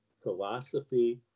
philosophy